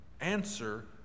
answer